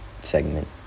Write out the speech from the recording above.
segment